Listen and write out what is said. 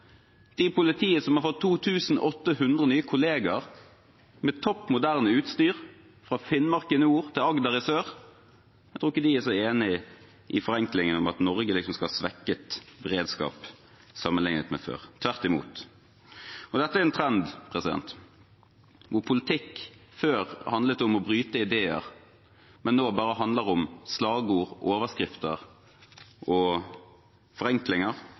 i politiet som har fått 2 800 nye kollegaer, med topp moderne utstyr, fra Finnmark i nord til Agder i sør, jeg tror ikke de er så enig i forenklingen om at Norge skal ha svekket beredskap sammenlignet med før – tvert imot. Dette er en trend. Politikk handlet før om å bryte ideer, men handler nå bare om slagord, overskrifter og forenklinger